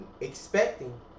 expecting